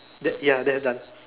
mm ya that is done